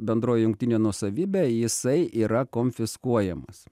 bendroji jungtinė nuosavybė jisai yra konfiskuojamas